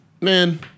man